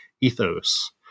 ethos